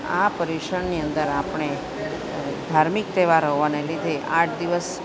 આ પર્યુષણની અંદર આપણે ધાર્મિક તહેવાર હોવાના લીધે આઠ દિવસ